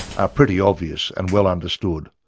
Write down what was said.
are pretty obvious and well understood.